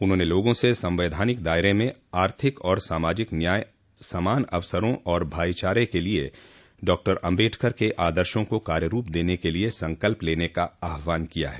उन्होंने लोगों से संवैधानिक दायरे में आर्थिक और सामाजिक न्याय समान अवसरों और भाईचारे के लिए डॉक्टर आम्बेडकर के आदर्शों को कार्यरूप देने के लिए संकल्प लेने का आह्वान किया है